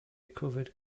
recovered